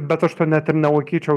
bet aš tuo net ir nelaikyčiau